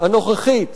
הנוכחית